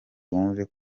wumve